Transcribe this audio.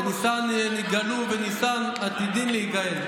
בניסן נגאלו ובניסן עתידין להיגאל.